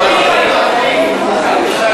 הקואליציה מתפרקת.